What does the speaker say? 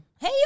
Hey